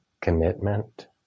commitment